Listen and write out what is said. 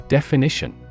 Definition